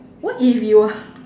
what if you are